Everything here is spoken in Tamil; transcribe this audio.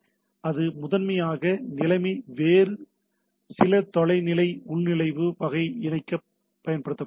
அது முதன்மையாக நிலைமை வேறு சில தொலைநிலை உள்நுழைவு வகை இணைக்க பயன்படுத்தப்படுகிறது